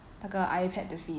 那个 ipad 的 fees